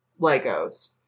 Legos